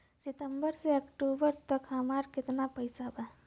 सितंबर से अक्टूबर तक हमार कितना पैसा बा?